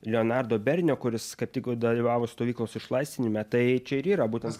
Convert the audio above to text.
leonardo bernio kuris kaip tik dalyvavo stovyklos išlaisvinime tai čia ir yra būtent